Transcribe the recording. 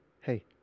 Hey